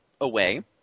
away